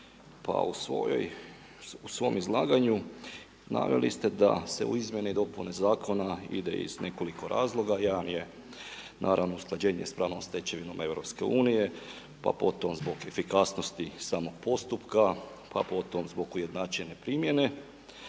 Pa u svom izlaganju naveli ste da se u izmjene i dopune zakona ide iz nekoliko razloga. Jedan je naravno usklađenje sa pravnom stečevinom EU pa potom zbog efikasnosti samog postupka, pa potom zbog ujednačene primjene